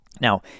Now